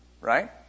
right